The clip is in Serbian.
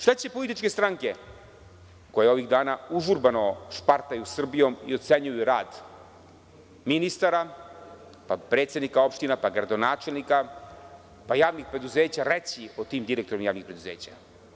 Šta će političke stranke koje ovih dana užurbano špartaju Srbijom i ocenjuju rad ministara, predsednika opština, gradonačelnika, javnih preduzeća, reći o tim direktorima javnih preduzeća?